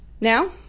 Now